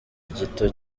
gito